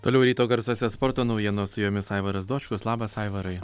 toliau ryto garsuose sporto naujienos su jomis aivaras dočkus labas aivarai